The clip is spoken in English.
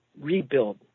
rebuild